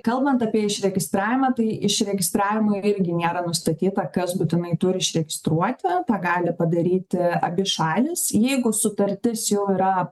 kalbant apie išregistravimą tai išregistravimo irgi nėra nustatyta kas būtinai turi išregistruoti tą gali padaryti abi šalys jeigu sutartis jau yra